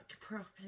properly